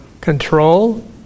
Control